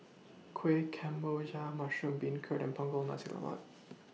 Kuih Kemboja Mushroom Beancurd and Punggol Nasi Lemak